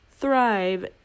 thrive